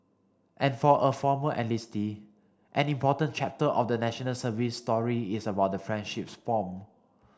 and for a former enlistee an important chapter of the National Service story is about the friendships formed